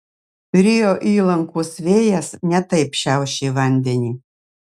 rio įlankos vėjas ne taip šiaušė vandenį